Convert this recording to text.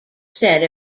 said